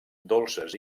dolces